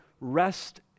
rest